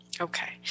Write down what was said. Okay